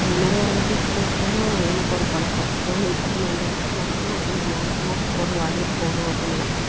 நிறையா இடங்களுக்கு போகும் போதும் எனக்கு ஒரு பழக்கம் இப்போ நம்ம இந்த இடத்துக்கு வந்தோம்ன்னா இது ஞாபகமாக ஒரு பொருள் வாங்கிட்டு போகணும் அப்படி நெனைப்பேன்